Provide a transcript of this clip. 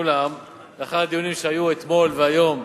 אולם לאחר הדיונים שהיו אתמול והיום,